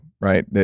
right